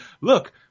look